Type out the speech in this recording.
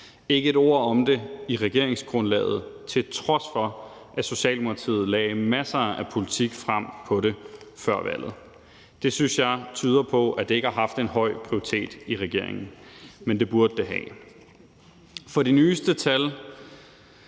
ikke et ord om det i regeringsgrundlaget, til trods for at Socialdemokratiet lagde masser af politik frem om det før valget. Det synes jeg tyder på, at det ikke har haft en høj prioritet i regeringen. Men det burde det have. For af de nyeste tal